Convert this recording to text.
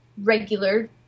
regular